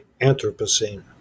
Anthropocene